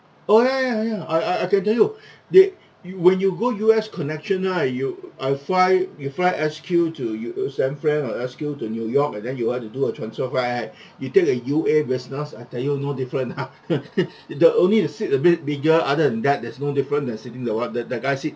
oh ya ya ya I I I can tell you they you when you go U_S connection right you I fly you fly S_Q to U uh san fran on S_Q to new york and then you want to do a transfer flight you take a U_A business I tell you no different lah the only the seat a bit bigger other than that there's no different that sitting the what that that guy seat